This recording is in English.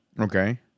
Okay